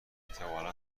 احتمالا